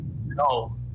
No